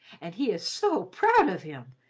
and he is so proud of him!